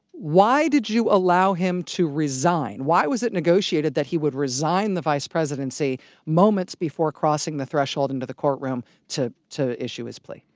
why did you allow him to resign? why was it negotiated that he would resign the vice presidency moments before crossing the threshold into the courtroom to to issue his plea?